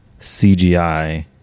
CGI